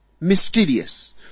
mysterious